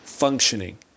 functioning